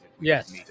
Yes